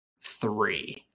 three